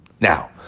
Now